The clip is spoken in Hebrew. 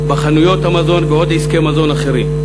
בחנויות המזון ובעוד עסקי מזון אחרים.